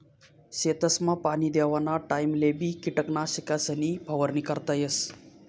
शेतसमा पाणी देवाना टाइमलेबी किटकनाशकेसनी फवारणी करता येस